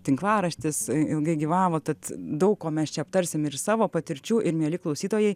tinklaraštis ilgai gyvavo tad daug ko mes čia aptarsim ir savo patirčių ir mieli klausytojai